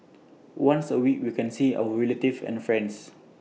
once A week we can see our relatives and friends